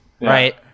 Right